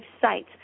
sites